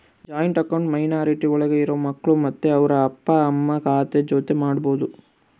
joint account minority ಒಳಗ ಇರೋ ಮಕ್ಕಳು ಮತ್ತೆ ಅವ್ರ ಅಪ್ಪ ಅಮ್ಮ ಖಾತೆ ಜೊತೆ ಮಾಡ್ಬೋದು